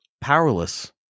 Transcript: powerless